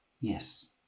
Yes